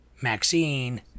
Maxine